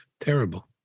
terrible